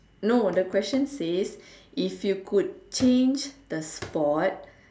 no the question says if you could change the sport